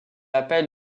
appel